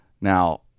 Now